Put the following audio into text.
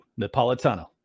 Napolitano